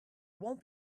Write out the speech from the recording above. won’t